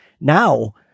now